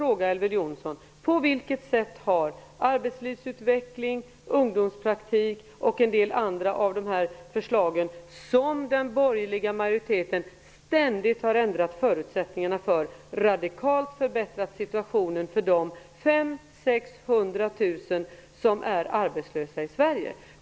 Men på vilket sätt har arbetslivsutveckling, ungdomspraktik och en del andra förslag här som den borgerliga majoriteten ständigt har ändrat förutsättningarna för radikalt förbättrat situationen för de 500 000--600 000 personer som är arbetslösa i Sverige?